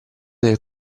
del